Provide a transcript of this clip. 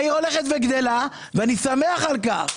העיר הולכת וגדלה, ואני שמח על כך,